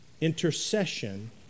intercession